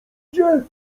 idzie